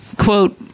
quote